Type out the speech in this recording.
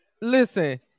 Listen